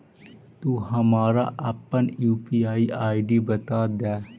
तू हमारा अपन यू.पी.आई आई.डी बता दअ